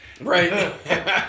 right